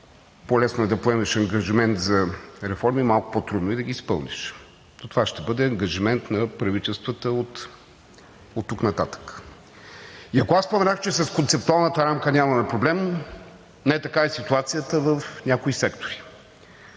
по-лесно е да поемеш ангажимент за реформи, а малко по-трудно е да ги изпълниш, но това ще бъде ангажимент на правителствата оттук нататък. И ако аз споменах, че с концептуалната рамка нямаме проблем, не такава е ситуацията в някои сектори.